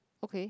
okay